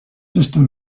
sister